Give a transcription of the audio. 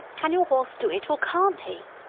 can your horse do it, or can't he?